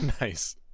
nice